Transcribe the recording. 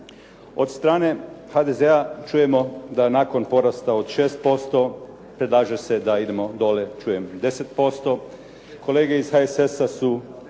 Od strane HDZ-a čujemo da nakon porasta od 6% predlaže se da idemo dolje čujem 10%. Kolege iz HSS-a su